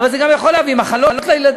אבל זה גם יכול להביא מחלות לילדים,